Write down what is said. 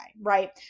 Right